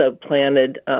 planted